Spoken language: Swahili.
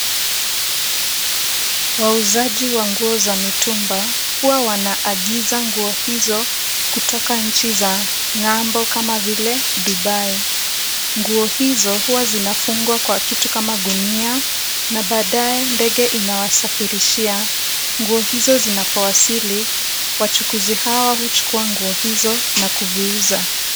Wauzaji wa nguo za mitumba huwa wanaagiza nguo hizo kutoka nchi za ng'ambo kama vile Dubai. Nguo hizo huwa zinafungwa kwa kitu kama gunia na baadaye ndege inawasafirishia. Nguo hizo zinapowasili wachukuzi hawa huchukua nguo hizo na kuziuza.